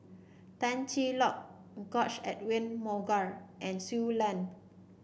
Tan Cheng Lock George Edwin Mogaar and Shui Lan